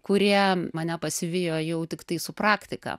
kurie mane pasivijo jau tiktai su praktika